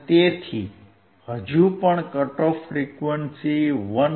તેથી હજુ પણ કટ ઓફ ફ્રીક્વંસી 159